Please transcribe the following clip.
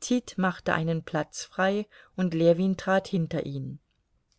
tit machte einen platz frei und ljewin trat hinter ihn